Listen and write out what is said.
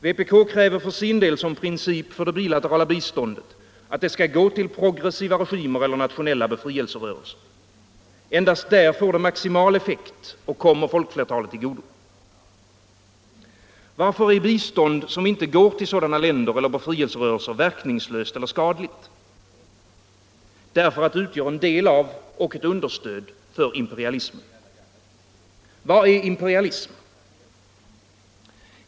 Vpk kräver för sin del som princip för det bilaterala biståndet att det skall gå till progressiva regimer eller nationella befrielserörelser. Endast där får det maximal effekt och kommer folkflertalet till godo. Varför är bistånd som inte går till sådana länder eller befrielserörelser verkningslöst eller skadligt? Därför att det utgör en del av och ett understöd för imperialismen. Vad är imperialism?